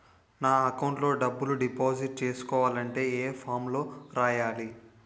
నా అకౌంట్ లో డబ్బులు డిపాజిట్ చేసుకోవాలంటే ఏ ఫామ్ లో రాయాలి?